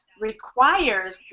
requires